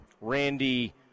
Randy